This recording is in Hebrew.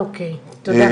אוקי תודה.